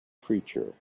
creature